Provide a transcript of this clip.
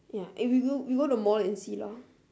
ya eh we go we go to the mall and see lor